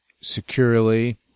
securely